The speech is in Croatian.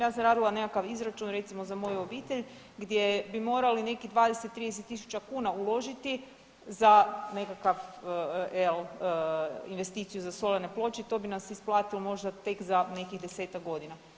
Ja sam radila nekakav izračun recimo za moju obitelj gdje bi morali nekih 20-30.000 kuna uložiti za nekakav … [[Govornik se ne razumije]] investiciju za solarne ploče i to bi nam se isplatilo možda tek za nekih 10-tak godina.